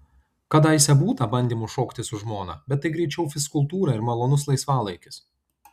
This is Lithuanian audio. kadaise būta bandymų šokti su žmona bet tai greičiau fizkultūra ir malonus laisvalaikis